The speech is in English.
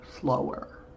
slower